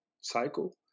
cycle